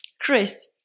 Chris